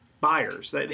buyers